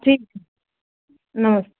ठीक नमस्ते